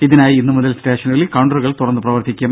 ഇതിനായി ഇന്നുമുതൽ സ്റ്റേഷനുകളിൽ കൌണ്ടറുകൾ തുറന്ന് പ്രവർത്തിക്കും